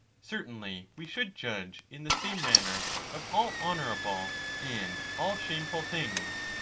certainly we should judge in the same manner of all honourable and all shameful things,